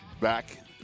back